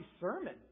sermon